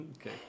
Okay